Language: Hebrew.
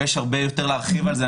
ויש הרבה יותר להרחיב על זה.